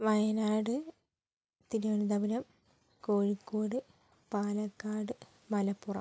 Wayanad Thiruvananthapuram Kozhikode Palakkad Malappuram